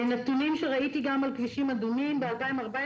נתונים שראיתי גם על כבישים אדומים, ב-2014